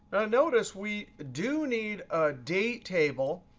notice we do need a date table,